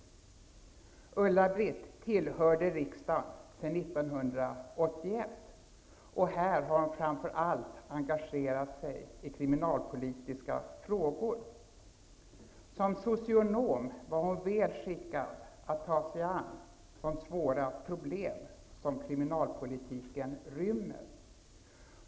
Ulla-Britt tillhörde riksdagen sedan 1981. Här har hon framför allt engagerat sig i kriminalpolitiska frågor. Som socionom var hon väl skickad att ta sig an de svåra problem som kriminalpolitiken rymmer.